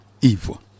evil